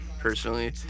personally